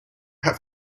have